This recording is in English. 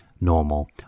normal